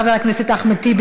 חבר הכנסת אחמד טיבי,